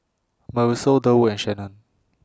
Marisol Durwood and Shannen